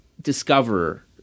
discover